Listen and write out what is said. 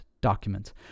document